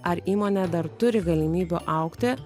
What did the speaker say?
ar įmonė dar turi galimybių augti